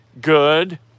good